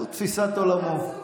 זו תפיסת עולמו.